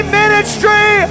ministry